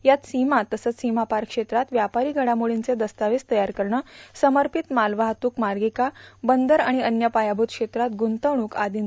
यात सीमा तसंच सीमापार क्षेत्रात व्यापारी घडामोडींचे दस्तावेज तयार करणे समर्पित मालवाहतूक मार्गिका बंदर आणि अव्य पायाभूत क्षेत्रात गुंतवणूक आदीचा समावेश आहे